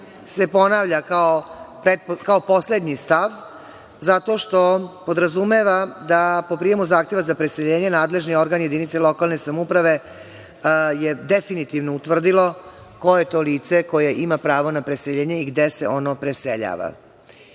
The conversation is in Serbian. se ponavlja kao poslednji stav, zato što podrazumeva da po prijemu zahteva za preseljenje nadležni organ jedinice lokalne samouprave je definitivno utvrdio ko je to lice koje ima pravo na preseljenje i gde se ono preseljava. Ne